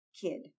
kid